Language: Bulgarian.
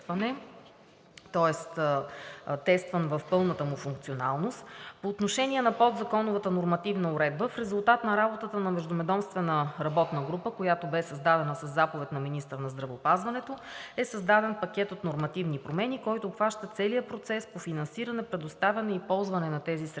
тоест тестван в пълната му функционалност. По отношение на подзаконовата нормативна уредба, в резултат на работата на междуведомствена работна група, която бе създадена със заповед на министъра на здравеопазването, е създаден пакет от нормативни промени, който обхваща целия процес по финансиране, предоставяне и ползване на тези средства